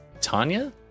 Tanya